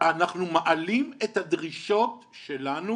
אנחנו מעלים את הדרישות שלנו